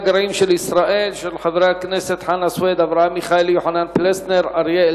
הנושא הראשון בסדר-היום הוא הצעות לסדר-היום מס'